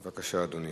בבקשה, אדוני.